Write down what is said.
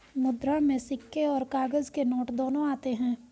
मुद्रा में सिक्के और काग़ज़ के नोट दोनों आते हैं